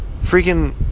freaking